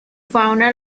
fauna